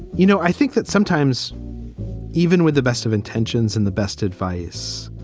you know, i think that sometimes even with the best of intentions and the best advice,